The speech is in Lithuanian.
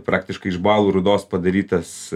praktiškai iš balų rūdos padarytas